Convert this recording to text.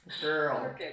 Girl